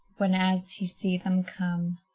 when as he see them come.